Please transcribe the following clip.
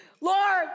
Lord